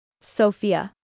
Sophia